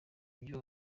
ibyo